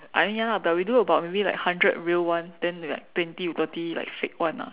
!aiya! but we do about maybe like hundred real one then like twenty to thirty like fake one lah